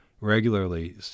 regularly